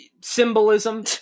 symbolism